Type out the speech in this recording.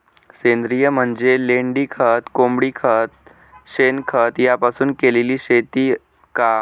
सेंद्रिय म्हणजे लेंडीखत, कोंबडीखत, शेणखत यापासून केलेली शेती का?